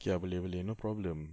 okay ah boleh boleh no problem